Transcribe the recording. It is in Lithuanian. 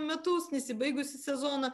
metus nesibaigusį sezoną